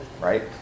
right